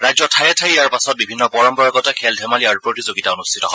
ৰাজ্যৰ ঠায়ে ঠায়ে ইয়াৰ পাছত বিভিন্ন পৰম্পৰাগত খেল ধেমালি আৰু প্ৰতিযোগিতা অনুষ্ঠিত হয়